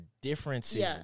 differences